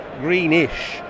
greenish